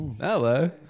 Hello